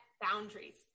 boundaries